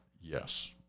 Yes